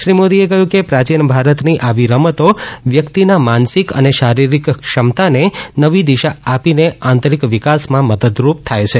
શ્રી મોદીએ કહ્યું કે પ્રાચીન ભારતની આવી રમતો વ્યક્તિના માનસિક અને શારિરીક ક્ષમતાને નવી દિશા આપીને આંતરીક વિકાસમાં મદદરૂપ થાય છે